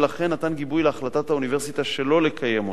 ולכן נתן גיבוי להחלטת האוניברסיטה שלא לקיים אותו.